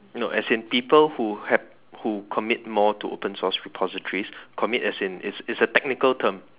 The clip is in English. no as in people who hap~ who commit more to open source repositories commit as in it's it's a technical term